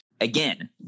Again